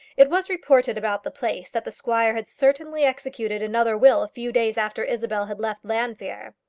it was reported about the place that the squire had certainly executed another will a few days after isabel had left llanfeare.